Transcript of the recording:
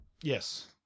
Yes